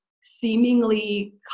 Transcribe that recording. seemingly